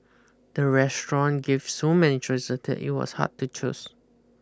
the restaurant gave so many choices that it was hard to choose